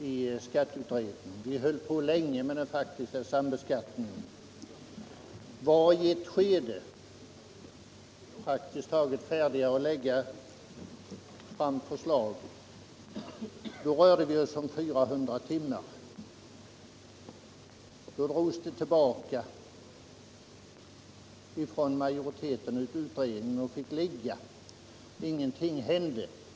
I skatteutredningen höll vi på länge med den faktiska sambeskattningen och var i ett skede praktiskt taget färdiga att lägga fram ett förslag om 400 timmar. Men det förslaget drogs tillbaka av majoriteten och fick ligga. Ingenting hände.